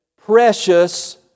precious